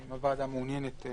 האם הוועדה מעוניינת?